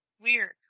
weird